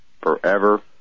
forever